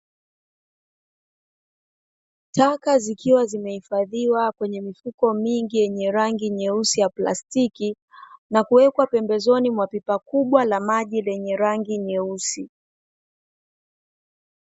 Taka zikiwa zimehifadhiwa kwenye mifuko mingi yenye rangi nyeusi ya plastiki na kuwekwa pembezoni mwa pipa kubwa la maji lenye rangi nyeusi.